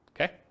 okay